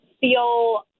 feel